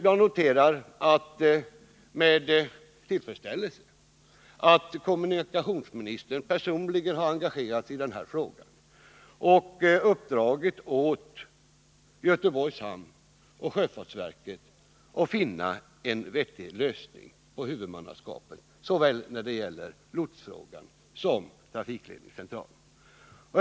Jag noterar med tillfredsställelse att kommunikationsministern personligen har engagerat sig i den här frågan och uppdragit åt Göteborgs hamn och sjöfartsverket att finna en vettig lösning när det gäller huvudmannaskapet för såväl lotsningen som trafikledningscentralen.